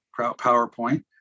PowerPoint